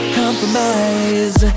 compromise